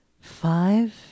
Five